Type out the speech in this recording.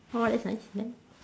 orh that's nice then